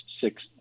six